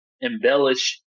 embellish